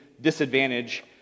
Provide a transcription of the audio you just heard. disadvantage